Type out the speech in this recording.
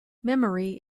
memory